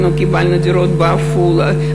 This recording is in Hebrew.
קיבלנו דירות בעפולה,